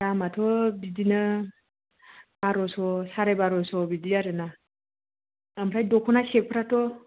दामाथ' बिदिनो बार'स' साराय बार'स' बिदि आरो ना आमफ्राय दख'ना सेटफ्राथ'